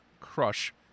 Crush